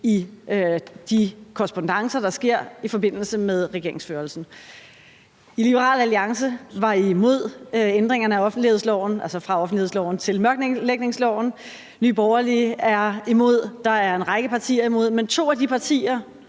i de korrespondancer, der sker i forbindelse med regeringsførelsen. I Liberal Alliance var I imod ændringerne af offentlighedsloven, altså fra offentlighedsloven til mørklægningsloven. Nye Borgerlige er imod. Der er en række partier imod, men to af de partier,